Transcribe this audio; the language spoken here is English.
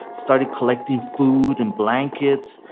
started collecting food and blankets,